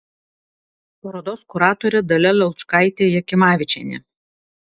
parodos kuratorė dalia laučkaitė jakimavičienė